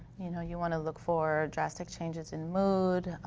you know you want to look for drastic changes in mood.